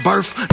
Birth